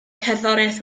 cherddoriaeth